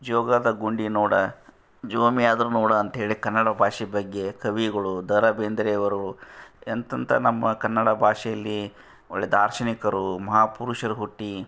ಜೋಗದ ಗುಂಡಿ ನೋಡಾ ಜೋ ಒಮ್ಮೆಯಾದರು ನೋಡಾ ಅಂತ್ಹೇಳಿ ಕನ್ನಡ ಭಾಷೆ ಬಗ್ಗೆ ಕವಿಗಳು ದ ರಾ ಬೇಂದ್ರೆಯವರು ಎಂಥೆಂಥ ನಮ್ಮ ಕನ್ನಡ ಭಾಷೆಯಲ್ಲಿ ಒಳ್ಳೆಯ ದಾರ್ಶನಿಕರು ಮಹಾ ಪುರುಷರು ಹುಟ್ಟಿ